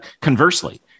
conversely